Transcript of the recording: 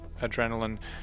adrenaline